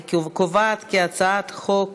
אני קובעת כי הצעת חוק